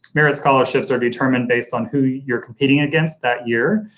merit scholarships are determined based on who you're competing against that year,